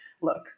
look